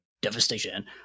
devastation